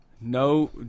No